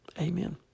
Amen